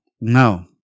No